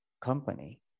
company